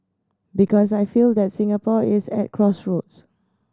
because I feel that Singapore is at crossroads